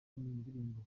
ndirimbo